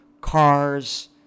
cars